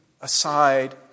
aside